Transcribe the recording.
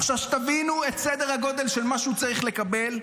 עכשיו שתבינו את סדר הגודל של מה שהוא צריך לקבל,